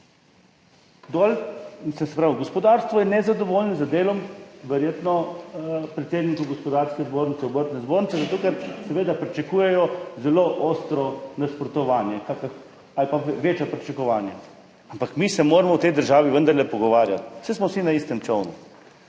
težave kot jaz. Gospodarstvo je nezadovoljno z delom, verjetno predsedniki Gospodarske zbornice, Obrtno-podjetniške zbornice, zato, ker seveda pričakujejo zelo ostro nasprotovanje ali pa večja pričakovanja, ampak mi se moramo v tej državi vendarle pogovarjati, saj smo vsi na istem čolnu.